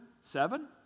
Seven